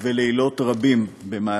להוביל דווקא לתהליך